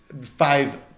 five